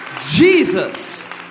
Jesus